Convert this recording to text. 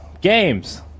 Games